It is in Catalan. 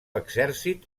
exèrcit